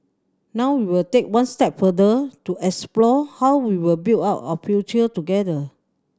now we will take one step further to explore how we will build out our future together